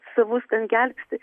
savus te gelbsti